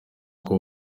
kuko